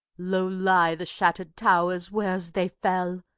low lie the shattered towers whereas they fell,